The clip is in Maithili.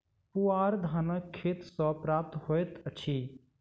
पुआर धानक खेत सॅ प्राप्त होइत अछि